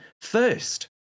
first